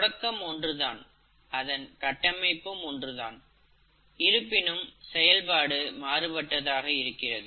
தொடக்கம் ஒன்று தான் அதன் கட்டமைப்பும் ஒன்றுதான் இருப்பினும் அதன் செயல்பாடு மாறுபட்டதாக இருக்கிறது